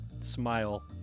smile